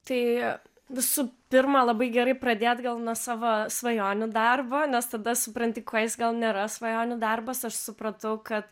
tai visų pirmą labai gerai pradėt gal nuo savo svajonių darbo nes tada supranti ko jis gal nėra svajonių darbas aš supratau kad